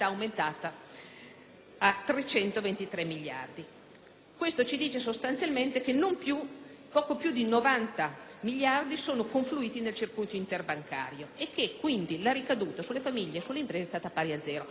a 323 miliardi. Questo ci dice sostanzialmente che poco più di 90 miliardi sono confluiti nel circuito interbancario e che quindi la ricaduta sulle famiglie e sulle imprese è stata pari a zero.